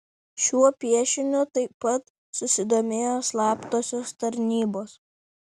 šiuo piešiniu taip pat susidomėjo slaptosios tarnybos